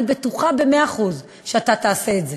אני בטוחה במאה אחוז שאתה תעשה את זה.